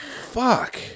Fuck